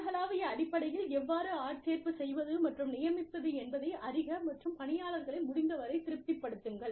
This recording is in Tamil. உலகளாவிய அடிப்படையில் எவ்வாறு ஆட்சேர்ப்பு செய்வது மற்றும் நியமிப்பது என்பதை அறிக மற்றும் பணியாளர்களை முடிந்தவரைத் திருப்திப்படுத்துங்கள்